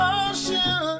ocean